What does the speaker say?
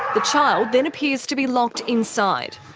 the child then appears to be locked inside.